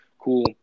cool